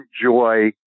enjoy